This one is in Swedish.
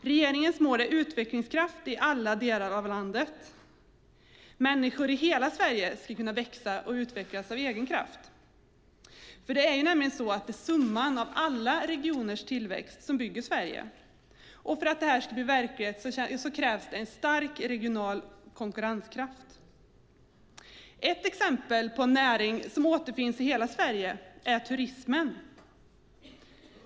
Regeringens mål är utvecklingskraft i alla delar av landet. Människor i hela Sverige ska kunna växa och utvecklas av egen kraft. Det är nämligen summan av alla regioners tillväxt som bygger Sverige, och för att detta ska bli verklighet krävs en stark lokal och regional konkurrenskraft. Ett exempel på en näring som finns över hela Sverige är turismen.